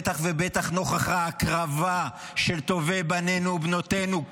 בטח ובטח נוכח ההקרבה של טובי בנינו ובנותינו.